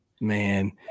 Man